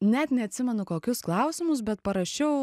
net neatsimenu kokius klausimus bet parašiau